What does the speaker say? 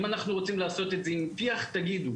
אם אנחנו רוצים לעשות את זה עם טיח, תגידו.